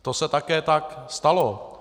To se také tak stalo.